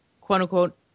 quote-unquote